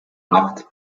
acht